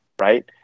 Right